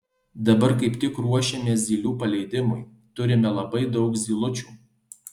dabar kaip tik ruošiamės zylių paleidimui turime labai daug zylučių